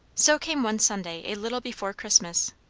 so came one sunday a little before christmas.